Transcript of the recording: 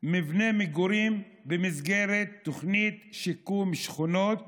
מבני מגורים במסגרת תוכנית שיקום שכונות